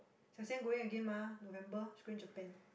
Jia Xuan going again mah November spring Japan